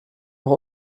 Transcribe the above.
noch